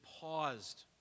paused